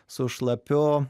su šlapiu